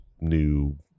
new